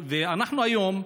אנחנו היום,